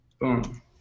Boom